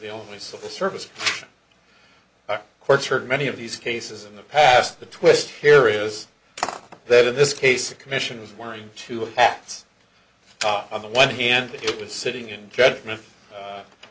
the only civil service courts heard many of these cases in the past the twist here is that in this case a commission was wearing two hats top on the one hand it was sitting in judgment